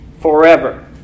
forever